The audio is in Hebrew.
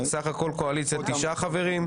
סך הכול בקואליציה תשעה חברים.